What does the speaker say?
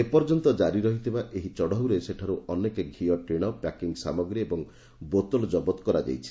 ଏ ପର୍ଯ୍ୟନ୍ତ କାରି ରହିଥିବା ଏହି ଚଢ଼ଉରେ ସେଠାରୁ ଅନେକ ଘିଅ ଟିଶ ପ୍ୟାକିଂ ସାମଗ୍ରୀ ଏବଂ ବୋତଲ ଜବତ କରାଯାଇଛି